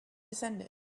descended